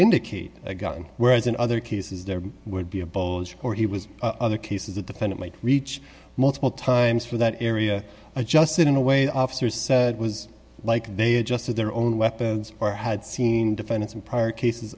indicate a gun whereas in other cases there would be a bulge or he was other cases a defendant might reach multiple times for that area adjusted in a way officers said was like they adjusted their own weapons or had seen defense and prior cases